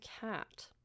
cat